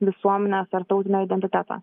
visuomenės ar tautinio identiteto